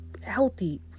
healthy